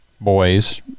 boys